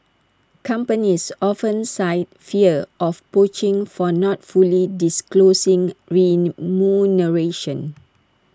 companies often cite fear of poaching for not fully disclosing remuneration